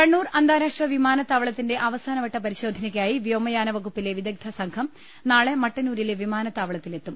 കണ്ണൂർ അന്താരാഷ്ട്ര വിമാനത്താവളത്തിന്റെ അവസാനവട്ട പരിശോ ധനയ്ക്കായി വ്യോമയാന വകുപ്പിലെ വിദഗ്ധസംഘം നാളെ മട്ടന്നൂരിലെ വിമാനത്താവളത്തിലെത്തും